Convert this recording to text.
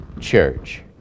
church